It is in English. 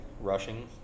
rushing